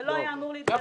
זה לא היה אמור --- גפני,